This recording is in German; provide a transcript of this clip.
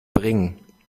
bringen